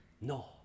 No